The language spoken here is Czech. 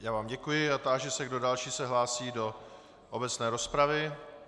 Já vám děkuji a táži se, kdo další se hlásí do obecné rozpravy.